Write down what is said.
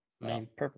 Perfect